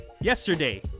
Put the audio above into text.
Yesterday